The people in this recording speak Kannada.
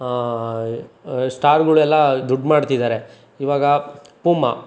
ಸ್ಟಾರ್ಗಳೆಲ್ಲ ದುಡ್ಡು ಮಾಡ್ತಿದ್ದಾರೆ ಇವಾಗ ಪೂಮಾ